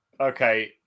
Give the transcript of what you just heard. Okay